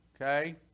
Okay